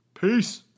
Peace